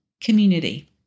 community